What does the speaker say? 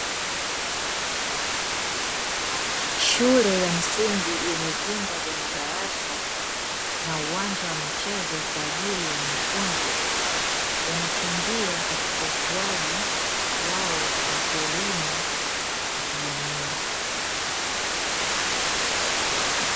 Shule ya msingi yenye vyumba vya madarasa na uwanja wa michezo kwa ajili ya wanafunzi, yanachangia katika ukuaji wao wa kielimu na kijamii.